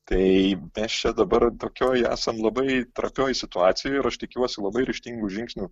tai mes čia dabar tokioj esam labai trapioj situacijoj ir aš tikiuosi labai ryžtingų žingsnių